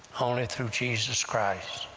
only through jesus christ.